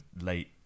late